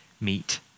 meet